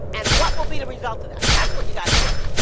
and what will be the result of that? that's what you gotta get.